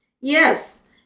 Yes